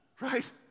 Right